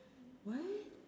what